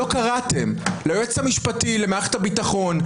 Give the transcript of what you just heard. לא קראתם ליועץ המשפטי למערכת הביטחון,